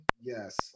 Yes